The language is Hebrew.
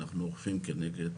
אנחנו אוכפים כנגד